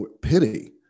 pity